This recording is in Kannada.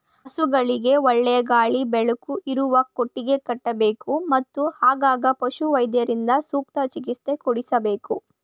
ಹಸುಗಳಿಗೆ ಒಳ್ಳೆಯ ಗಾಳಿ ಬೆಳಕು ಇರುವ ಕೊಟ್ಟಿಗೆ ಕಟ್ಟಬೇಕು, ಮತ್ತು ಆಗಾಗ ಪಶುವೈದ್ಯರಿಂದ ಸೂಕ್ತ ಚಿಕಿತ್ಸೆ ಕೊಡಿಸಬೇಕು